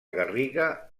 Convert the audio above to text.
garriga